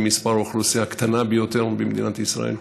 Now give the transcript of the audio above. ועם מספר האוכלוסייה הקטן ביותר במדינת ישראל.